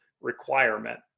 requirement